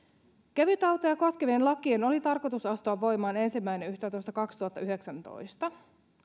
kevytautoja koskevien lakien oli tarkoitus astua voimaan ensimmäinen yhdettätoista kaksituhattayhdeksäntoista